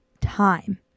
time